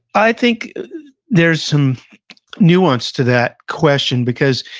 i think there's some nuance to that question, because,